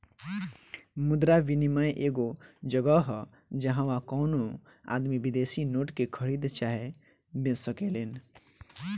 मुद्रा विनियम एगो जगह ह जाहवा कवनो आदमी विदेशी नोट के खरीद चाहे बेच सकेलेन